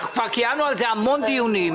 קיימנו על זה כבר המון דיונים.